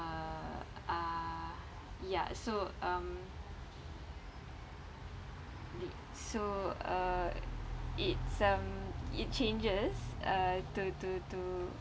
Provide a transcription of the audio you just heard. uh uh ya so um the so uh it's um it changes uh to to to